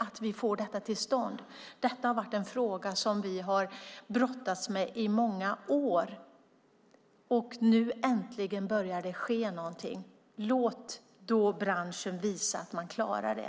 Att vi får detta till stånd är ett faktum. Vi har brottats med den här frågan i många år, och nu börjar det äntligen ske någonting. Låt då branschen visa att man klara det!